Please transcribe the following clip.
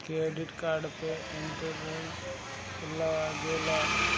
Credit card पर interest लागेला?